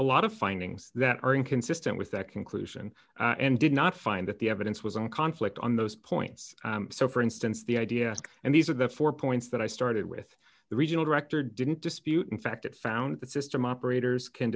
a lot of findings that are inconsistent with that conclusion and did not find that the evidence was in conflict on those points so for instance the idea and these are the four points that i started with the regional director didn't dispute in fact it found that system operators can